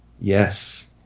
Yes